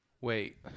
wait